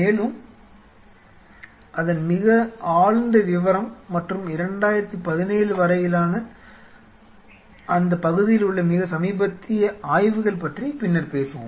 மேலும் அதன் மிக ஆழ்ந்த விவரம் மற்றும் 2017 வரையிலான அந்த பகுதியில் உள்ள மிக சமீபத்திய ஆய்வுகள் பற்றி பின்னர் பேசுவோம்